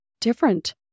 different